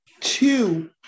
two